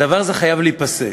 הדבר הזה חייב להיפסק.